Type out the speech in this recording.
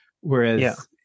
Whereas